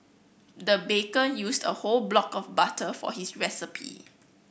the baker used whole block of butter for this recipe